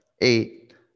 eight